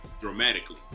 dramatically